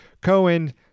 Cohen